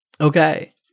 Okay